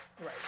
Right